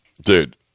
dude